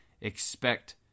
Expect